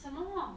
什么